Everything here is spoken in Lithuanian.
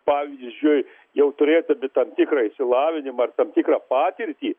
pavyzdžiui jau turėdami tam tikrą išsilavinimą ar tam tikrą patirtį